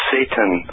Satan